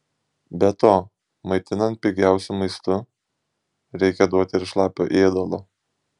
be to maitinant pigiausiu maistu reikia duoti ir šlapio ėdalo